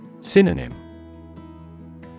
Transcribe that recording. Synonym